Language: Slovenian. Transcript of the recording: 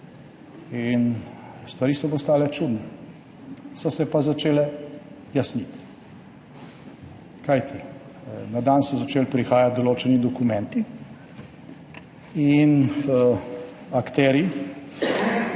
In stvari so postale čudne. So se pa začele jasniti, kajti na dan so začeli prihajati določeni dokumenti in akterji